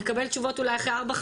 נקבל תשובות אולי אחרי ארבע,